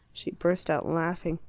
she burst out laughing.